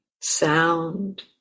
sound